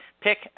pick